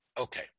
Okay